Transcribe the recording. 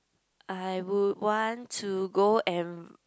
I would want to go and